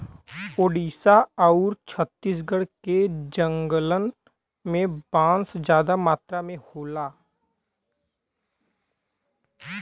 ओडिसा आउर छत्तीसगढ़ के जंगलन में बांस जादा मात्रा में होला